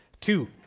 two